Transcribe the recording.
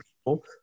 people